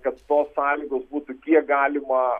kad tos sąlygos būtų kiek galima